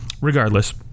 regardless